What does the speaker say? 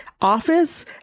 office